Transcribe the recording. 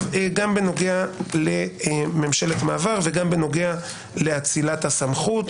גם בנוגע לממשלת מעבר וגם בנוגע לאצילת הסמכות